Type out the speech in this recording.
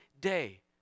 day